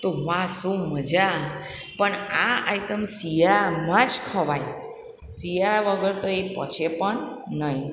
તો વાહ શું મજા પણ આ આઈટમ શિયાળામાંજ ખવાય શિયાળા વગર તો એ પચે પણ નહીં